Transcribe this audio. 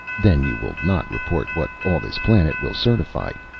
then you will not report what all this planet will certify,